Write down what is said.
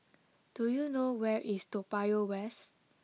do you know where is Toa Payoh West